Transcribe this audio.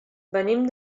venim